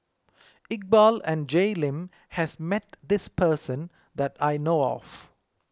Iqbal and Jay Lim has met this person that I know of